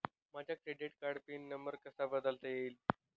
माझ्या क्रेडिट कार्डचा pin number कसा बदलता येईल?